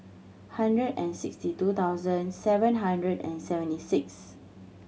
hundred and sixty two thousand seven hundred and seventy six